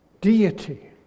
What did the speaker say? deity